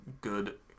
good